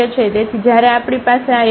તેથી જ્યારે આપણી પાસે આ f0h0k f00 છે છે